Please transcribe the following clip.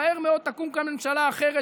מהר מאוד תקום כאן ממשלה אחרת,